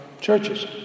churches